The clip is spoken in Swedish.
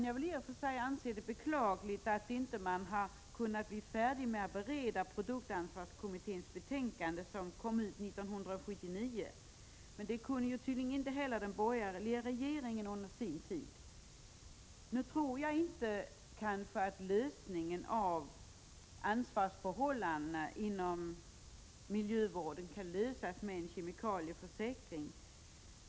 Jag kani och för sig anse det beklagligt att produktansvarskommitténs betänkande, som kom 1979, inte har blivit färdigberett, men det kunde tydligen inte heller den borgerliga regeringen klara under sin tid. Nu tror jag inte att frågan om ansvarsförhållandena inom miljövården kan lösas med en kemikalieförsäkring.